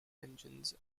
engines